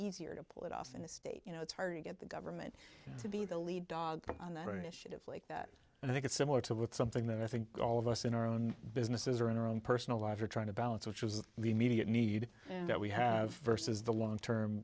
easier to pull it off in the state you know it's hard to get the government to be the lead dog on the issue of like that and i think it's similar to with something that i think all of us in our own businesses or in our own personal lives are trying to balance which was the media need that we have versus the long term